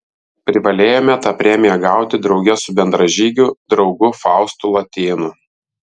privalėjome tą premiją gauti drauge su bendražygiu draugu faustu latėnu